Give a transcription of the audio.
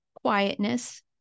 quietness